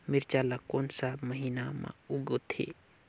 मिरचा ला कोन सा महीन मां उगथे?